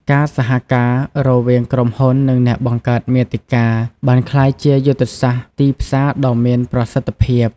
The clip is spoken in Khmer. ការសហការរវាងក្រុមហ៊ុន និងអ្នកបង្កើតមាតិកាបានក្លាយជាយុទ្ធសាស្ត្រទីផ្សារដ៏មានប្រសិទ្ធភាព។